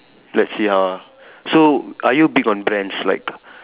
let's see how ah so are you big on brands like